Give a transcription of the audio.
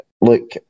look